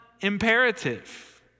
imperative